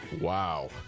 Wow